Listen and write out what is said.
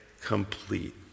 complete